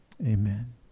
amen